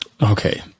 Okay